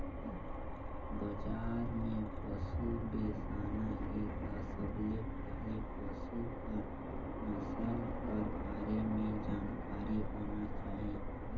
बजार में पसु बेसाना हे त सबले पहिले पसु कर नसल कर बारे में जानकारी होना चाही